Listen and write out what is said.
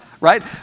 right